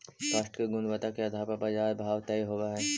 काष्ठ के गुणवत्ता के आधार पर बाजार भाव तय होवऽ हई